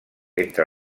entre